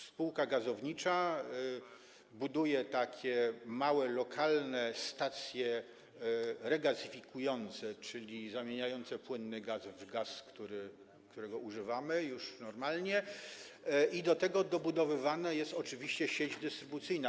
Spółka gazownicza buduje małe, lokalne stacje regazyfikujące, czyli zamieniające płynny gaz w gaz, którego używamy już normalnie, i do tego dobudowywana jest oczywiście sieć dystrybucyjna.